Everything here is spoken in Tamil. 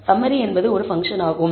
சம்மரி என்பது ஒரு பங்க்ஷன் ஆகும்